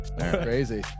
crazy